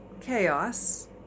chaos